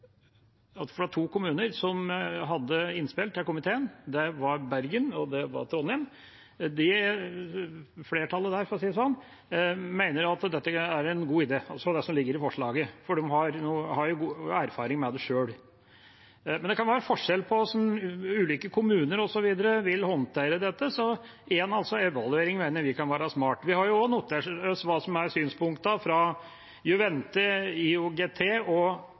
at det som ligger i forslaget, er en god idé, for de har erfaring med det sjøl. Men det kan være forskjell på hvordan ulike kommuner osv. vil håndtere dette, så en evaluering mener vi kan være smart. Vi har også notert oss hva som er synspunktene til Juvente, IOGT